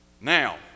Now